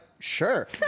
sure